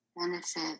benefit